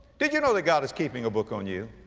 did you know that god is keeping a book on you?